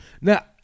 Now